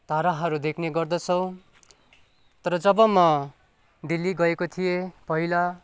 ताराहरू देख्ने गर्दछौँ तर जब म दिल्ली गएको थिएँ पहिला